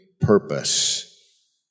purpose